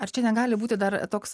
ar čia negali būti dar toks